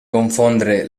confondre